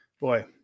Boy